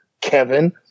Kevin